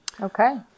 okay